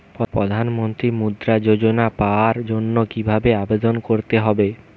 প্রধান মন্ত্রী মুদ্রা যোজনা পাওয়ার জন্য কিভাবে আবেদন করতে হবে?